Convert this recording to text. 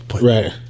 Right